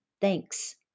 Thanks